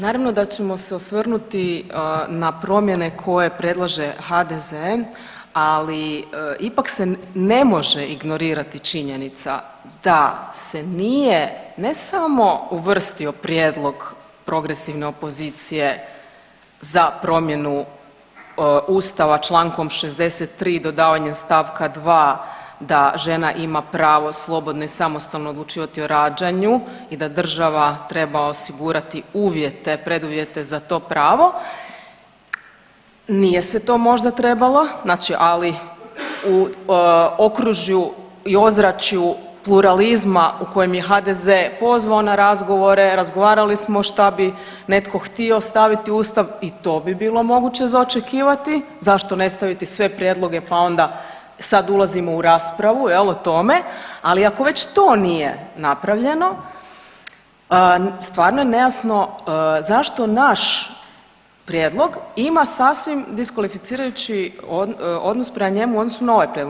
Naravno da ćemo se osvrnuti na promjene koje predlaže HDZ, ali ipak ne može ignorirati činjenica da se nije ne samo uvrstio prijedlog progresivne opozicije za promjenu Ustava Člankom 63. dodavanjem stavka 2. da žena ima pravo slobodno i samostalno odlučivati o rađanju i da država treba osigurati uvjete, preduvjete za to pravo, nije se to možda trebalo znači ali u okružju i ozračju pluralizma u kojem je HDZ pozvao na razgovore, razgovarali smo šta bi netko htio staviti u Ustav i to bi bilo moguće za očekivati, zašto ne staviti sve prijedloge pa onda sad ulazimo u raspravu jel o tome, ali ako već to nije napravljeno stvarno je nejasno zašto naš prijedlog ima sasvim diskvalificirajući odnos prema njemu u odnosu na ovaj prijedlog.